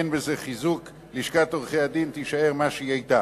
אין בזה חיזוק, לשכת עורכי-הדין תישאר מה שהיתה,